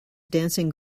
dancing